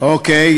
אוקיי.